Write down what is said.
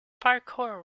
parkour